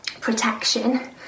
protection